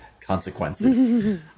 consequences